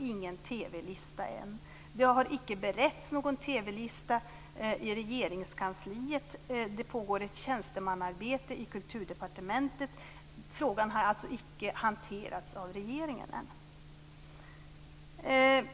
ingen TV-lista än. Det har inte beretts någon TV-lista i Regeringskansliet. Det pågår ett tjänstemannaarbete i Kulturdepartementet. Frågan har alltså inte hanterats av regeringen ännu.